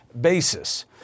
basis